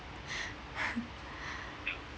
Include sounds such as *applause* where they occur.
*laughs*